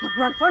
run!